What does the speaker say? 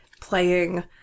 playing